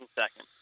second